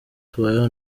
tubayeho